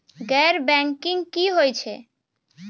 गैर बैंकिंग की होय छै?